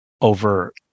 over